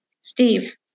Steve